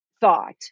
thought